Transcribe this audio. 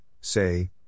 say